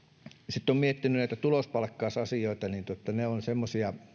sitten olen miettinyt näitä tulospalkkausasioita ja ne ovat semmoisia